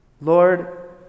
Lord